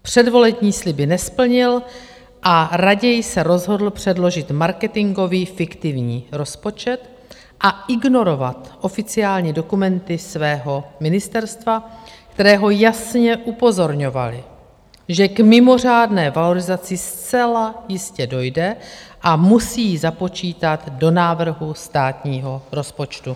Předvolební sliby nesplnil a raději se rozhodl předložit marketingový fiktivní rozpočet a ignorovat oficiální dokumenty svého ministerstva, které ho jasně upozorňovaly, že k mimořádné valorizaci zcela jistě dojde a musí ji započítat do návrhu státního rozpočtu.